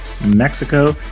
mexico